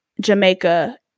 Jamaica